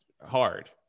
hard